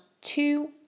two